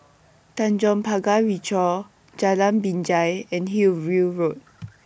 Tanjong Pagar Ricoh Jalan Binjai and Hillview Road